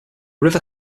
river